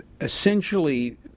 essentially